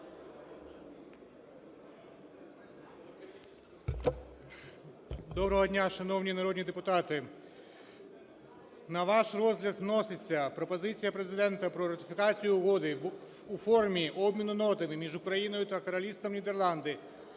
Доброго дня, шановні народні депутати! На ваш розгляд вноситься пропозиція Президента про ратифікацію Угоди (у формі обміну нотами) між Україною та Королівством Нідерланди